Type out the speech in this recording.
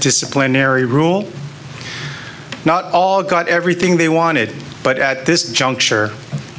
disciplinary rule not all got everything they wanted but at this juncture